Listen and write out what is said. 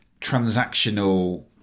transactional